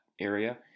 area